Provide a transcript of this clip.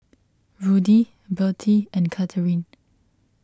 Rudy Bertie and Katheryn